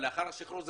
לאחר השחרור שלהם.